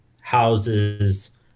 houses